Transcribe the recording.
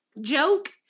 joke